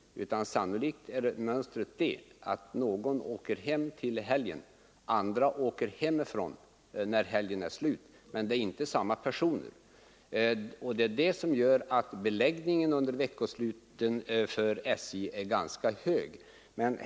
Mönstret är i stället sannolikt det att någon åker hem till helgen och andra åker hemifrån när helgen är slut. Det är inte samma personer som reser. Det är det som gör att beläggningen för SJ under veckosluten är ganska hög.